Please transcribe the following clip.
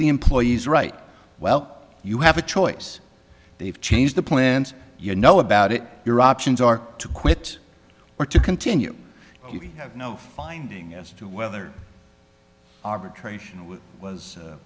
the employee's right well you have a choice they've changed the plans you know about it your options are to quit or to continue you have no finding as to whether arbitration was